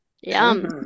Yum